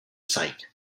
sight